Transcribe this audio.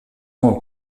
ans